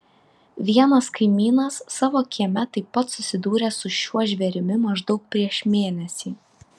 vienas kaimynas savo kieme taip pat susidūrė su šiuo žvėrimi maždaug prieš mėnesį